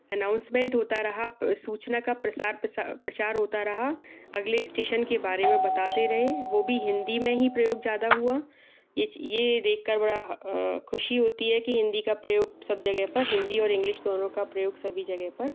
announcement होता रहा सूचना का प्रसार प्रचार होता रहा अगले स्टेसन के बारे मे बताते रहे वो भी हिन्दी मे ही प्रयोग ज़्यादा हुआ ये देख कर बड़ा खुशी होती हैं की हिन्दी का प्रयोग सब जगह पर हिन्दी और इंग्लिस दोनों का प्रयोग सभी जगह पर